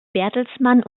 bertelsmann